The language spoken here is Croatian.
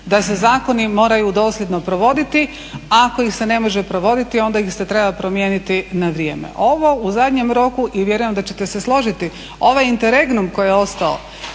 da se zakoni moraju dosljedno provoditi. Ako ih se ne može provoditi onda ih se treba promijeniti na vrijeme. Ovo u zadnjem roku i vjerujem da ćete se složiti, ovaj interregnum koji je ostao